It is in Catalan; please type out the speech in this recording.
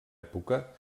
època